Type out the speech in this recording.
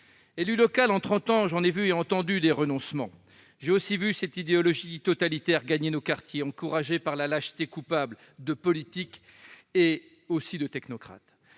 Élu local, en trente ans, j'en ai vu et entendu des renoncements. J'ai aussi vu cette idéologie totalitaire gagner nos quartiers, encouragée par la lâcheté coupable de politiques et aussi de technocrates.